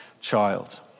child